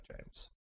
james